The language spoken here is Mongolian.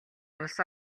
улс